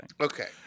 Okay